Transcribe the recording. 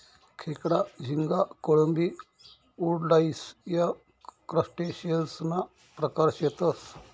खेकडा, झिंगा, कोळंबी, वुडलाइस या क्रस्टेशियंससना प्रकार शेतसं